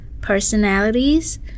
personalities